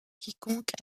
quiconque